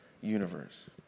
universe